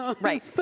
Right